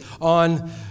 on